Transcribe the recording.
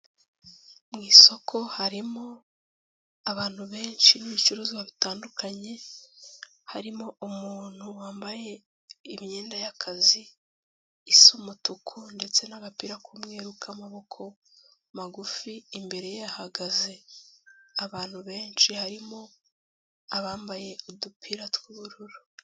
Mu isoko harimo abantu benshi n'ibicuruzwa bitandukanye, harimo umuntu wambaye imyenda y'akazi, isa umutuku ndetse n'agapira k'umweru k'amaboko magufi, imbere ye hahagaze abantu benshi harimo abambaye udupira tw'ubururu.